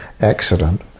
accident